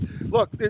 Look